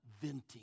venting